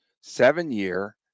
seven-year